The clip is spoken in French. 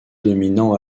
dominants